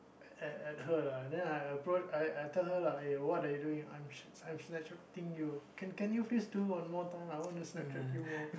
at at her lah then I I approach I I tell her lah [ah[ what are you doing I'm I'm snap chatting you can can you please do one more time I want to snap chat you more